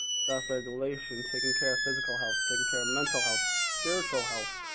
self-regulation, taking care of physical health, taking care of mental health, spiritual health,